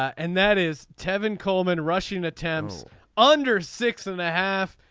and that is tevin coleman rushing attempts under six and a half.